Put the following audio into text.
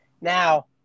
Now